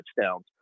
touchdowns